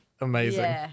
Amazing